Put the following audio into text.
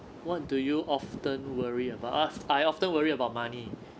what do you often worry about ah I often worry about money